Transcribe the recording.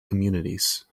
communities